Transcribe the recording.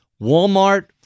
Walmart